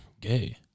Gay